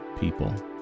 people